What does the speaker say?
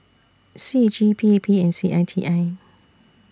C A G P P and C I T I